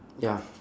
ya